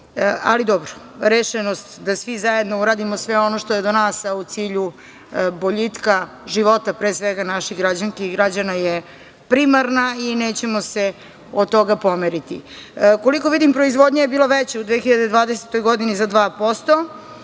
ali dobro. Rešenost da svi zajedno radimo sve ono što je do nas, a u cilju boljitka života pre svega naših građanki i građana je primarna i nećemo se od toga pomeriti. Koliko vidim proizvodnja je bila veća u 2020. godini za 2%,